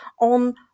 on